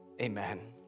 amen